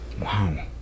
Wow